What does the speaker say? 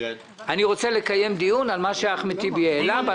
אני רוצה לקיים דיון על מה שאחמד טיבי העלה.